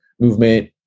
movement